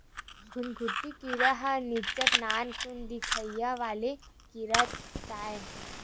घुनघुटी कीरा ह निच्चट नानकुन दिखइया वाले कीरा ताय